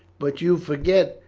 but you forget,